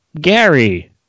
Gary